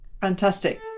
Fantastic